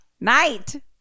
night